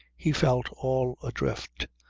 he felt all adrift.